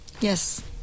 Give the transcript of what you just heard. Yes